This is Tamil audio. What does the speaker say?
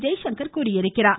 ஜெய்சங்கர் தெரிவித்துள்ளார்